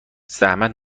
زحمت